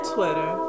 Twitter